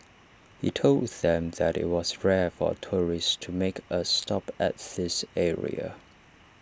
he told them that IT was rare for tourists to make A stop at this area